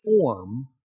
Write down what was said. form